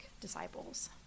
disciples